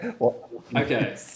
Okay